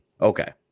okay